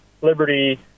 liberty